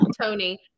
Tony